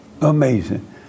Amazing